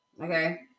Okay